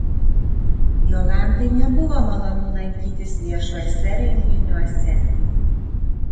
jolantai nebuvo malonu lankytis viešuose renginiuose